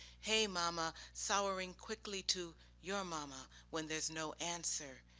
hey mama, souring quickly to your mama when there's no answer.